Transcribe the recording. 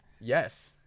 yes